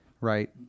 right